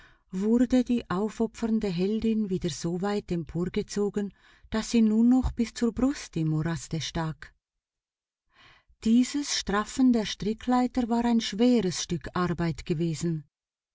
wurde die aufopfernde heldin wieder soweit emporgezogen daß sie nur noch bis zur brust im moraste stak dieses straffen der strickleiter war ein schweres stück arbeit gewesen